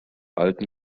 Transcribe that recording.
alten